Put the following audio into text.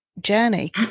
journey